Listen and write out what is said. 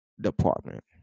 department